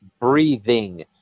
breathing